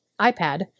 iPad